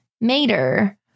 Mater